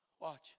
watch